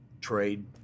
trade